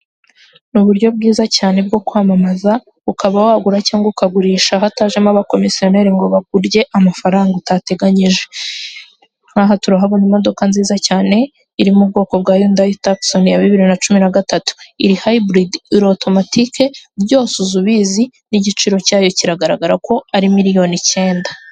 Ni uburyo bwiza cyane bwo kwamamaza ukaba wagura cyangwa ukagurisha hatajemo abakomisiyoneri ngo bakurye amafaranga utateganyije. Nkaha turahabona imodoka nziza cyane iri mu bwoko bwa yundayi tokisoni yabibiri na cumi na gatatu. iri hayiburidi iri otomatike, byose uza ubizi n'igiciro cyayo kigaragara ko ari miliyoni icyenda.